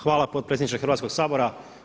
Hvala potpredsjedniče Hrvatskog sabora.